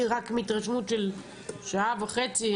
אני רק מהתרשמות של שעה וחצי,